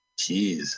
Jeez